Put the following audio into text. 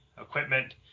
equipment